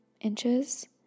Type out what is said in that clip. inches